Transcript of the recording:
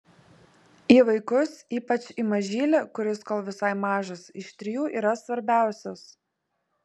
į vaikus ypač į mažylį kuris kol visai mažas iš trijų yra svarbiausias